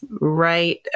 right